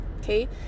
Okay